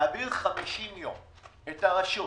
להעביר חמישים יום את הרשות